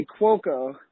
Cuoco –